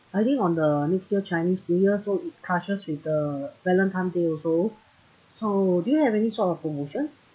early on the next year chinese new year so it touches with the valentine's day also so do you have any sort of promotion